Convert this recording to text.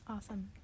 Awesome